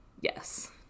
Yes